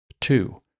Two